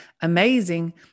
amazing